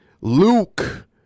Luke